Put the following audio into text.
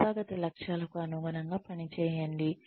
సంస్థాగత లక్ష్యాలకు అనుగుణంగా పని చేయండి